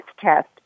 test